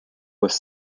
was